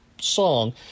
song